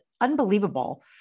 unbelievable